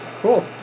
cool